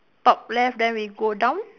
top left then we go down